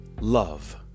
love